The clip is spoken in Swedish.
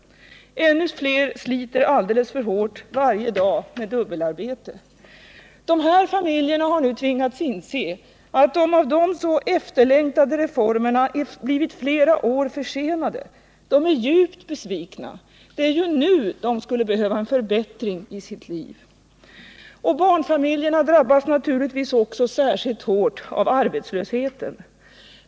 Ännu fler sliter alldeles för hårt varje dag med dubbelarbete. De här familjerna har nu tvingats inse att de av dem så efterlängtade reformerna har blivit flera år försenade. De är djupt besvikna. Det är ju nu de skulle behöva en förbättring i sitt liv. Barnfamiljerna drabbas naturligtvis också särskilt hårt av arbetslösheten.